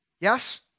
Yes